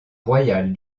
royale